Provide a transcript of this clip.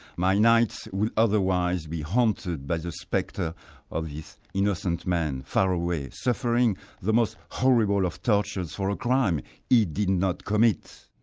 my nights will otherwise be haunted by the spectre of this innocent man far away, suffering the most horrible of tortures for a crime he did not commit.